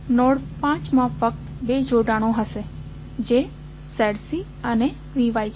node 5 માં ફક્ત 2 જોડાણો હશે જે ZC અને VY છે